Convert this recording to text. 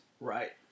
Right